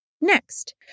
Next